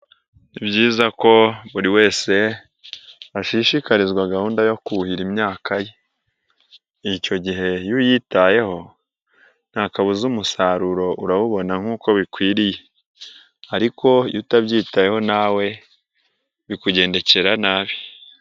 Ni byiza ko buri wese ashishikarizwa gahunda yo kuhira imyaka ye. Icyo gihe iyo uyitayeho, ntakabuza umusaruro urawubona nkuko bikwiriye ariko iyo utabyitayeho nawe bikugendekera nabi.